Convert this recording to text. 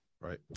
Right